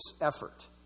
effort